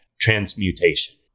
transmutation